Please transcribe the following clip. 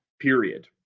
period